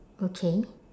okay